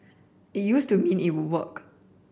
it used to mean it would work